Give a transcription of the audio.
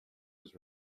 was